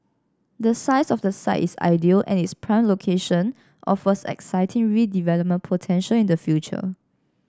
the size of the site is ideal and its prime location offers exciting redevelopment potential in the future